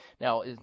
Now